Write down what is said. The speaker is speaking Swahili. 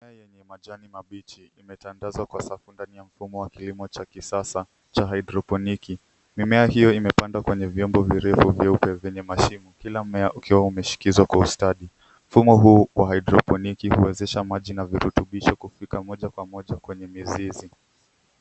Mimea yenye majani mabichi imetandazwa kwa safu ndani ya mfumo wa kilimo cha kisasa cha haidroponiki. Mimea hiyo imepandwa kwenye vyombo virefu vyeupe vyenye mashimo. Kila mmea ukiwa umeshikishwa kwa ustadi. Mfumo huu wa haidroponiki huwezesha maji na virutubisho kufika moja kwa moja kwenye mizizi.